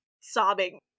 sobbing